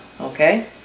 Okay